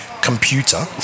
computer